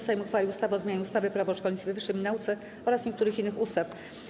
Sejm uchwalił ustawę o zmianie ustawy - Prawo o szkolnictwie wyższym i nauce oraz niektórych innych ustaw.